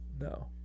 No